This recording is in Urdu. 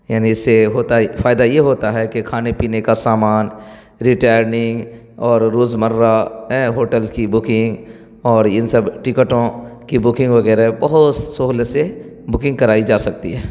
یعنی اس سے ہوتا ایک فائدہ یہ ہوتا ہے کہ کھانے پینے کا سامان ریٹرننگ اور روزمرہ ہوٹلس کی بکنگ اور ان سب ٹکٹوں کی بکنگ وغیرہ بہت سہولت سے بکنگ کرائی جا سکتی ہے